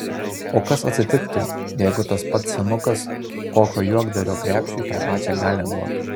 o kas atsitiktų jeigu tas pats senukas kokio juokdario krepšiui tą pačią galią duotų